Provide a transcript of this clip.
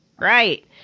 Right